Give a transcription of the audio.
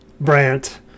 Brant